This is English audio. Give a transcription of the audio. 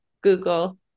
Google